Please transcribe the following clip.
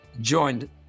joined